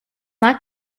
not